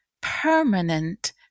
permanent